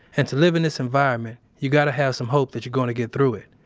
and to live in this environment, you gotta have some hope that you're going to get through it.